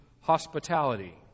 hospitality